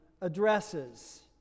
addresses